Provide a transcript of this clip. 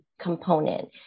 component